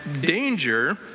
danger